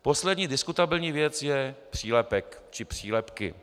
Poslední diskutabilní věc je přílepek či přílepky.